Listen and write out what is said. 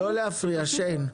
לא להפריע שיין,